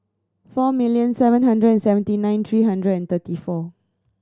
four million seven hundred seventy nine three hundred and thirty four